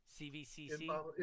CVCC